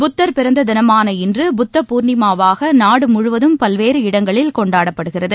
புத்தர் பிறந்த தினமான இன்று புத்த பூர்ணிமாவாக நாடு முழுவதும் பல்வேறு இடங்களில் கொண்டாடப்படுகிறது